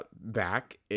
back